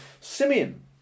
Simeon